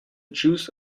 juice